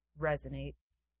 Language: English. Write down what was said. resonates